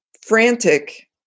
frantic –